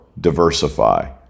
diversify